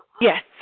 Yes